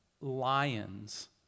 lions